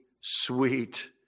sweet